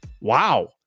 Wow